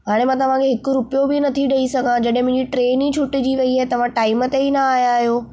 हाणे मां तव्हां खे हिकु रुपियो बि नथी ॾेई सघां जॾहिं मुंहिंजी ट्रेन ई छुटिजी वई आहे तव्हां टाइम ते ई न आया आहियो